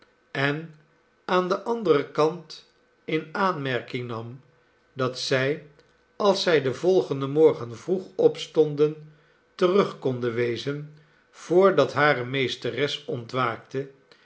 en aan den anderen kant in aanmerking nam dat zij als zij den volgenden morgen vroeg opstonden terug konden wezen voordat hare meesteres ontwaakte